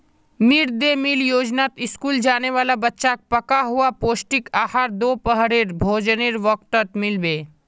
mid day meal योजनात school जाने वाला बच्चाक पका हुआ पौष्टिक आहार दोपहरेर भोजनेर वक़्तत मिल बे